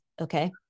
Okay